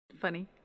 funny